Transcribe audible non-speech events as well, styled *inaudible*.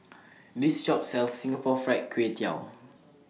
*noise* This Shop sells Singapore Fried Kway Tiao